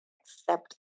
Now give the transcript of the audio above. accept